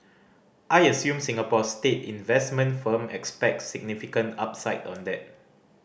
I assume Singapore's state investment firm expects significant upside on that